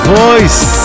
voice